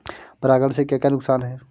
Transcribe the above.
परागण से क्या क्या नुकसान हैं?